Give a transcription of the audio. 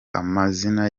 amazina